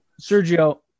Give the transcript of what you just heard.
Sergio